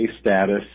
status